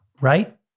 right